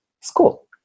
school